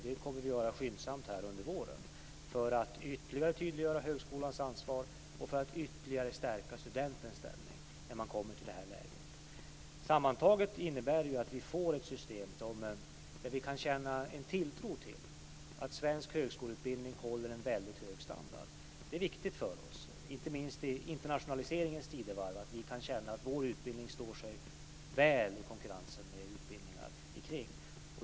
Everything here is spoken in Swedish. Det kommer vi att göra skyndsamt under våren för att ytterligare tydliggöra högskolans ansvar och för att ytterligare stärka studentens ställning när man kommer i det här läget. Sammantaget innebär det att vi får ett system där vi kan känna en tilltro till att svensk högskoleutbildning håller en väldigt hög standard. Det är viktigt för oss, inte minst i internationaliseringens tidevarv, att vi kan känna att vår utbildning står sig väl i konkurrensen med andra utbildningar.